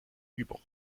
übung